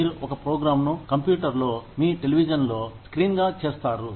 మీరు ఒక ప్రోగ్రాంను కంప్యూటర్తో మీ టెలివిజన్తో స్క్రీన్ గా చేస్తారు